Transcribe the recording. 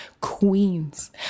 Queens